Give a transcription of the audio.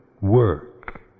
work